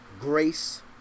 grace